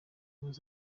ubumwe